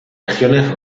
regiones